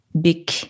big